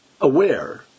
aware